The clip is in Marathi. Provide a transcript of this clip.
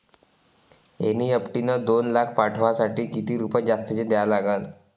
एन.ई.एफ.टी न दोन लाख पाठवासाठी किती रुपये जास्तचे द्या लागन?